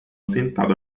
sentado